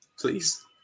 Please